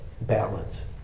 balance